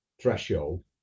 threshold